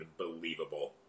unbelievable